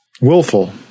willful